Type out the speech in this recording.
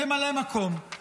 ממלא מקום.